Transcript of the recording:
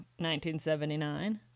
1979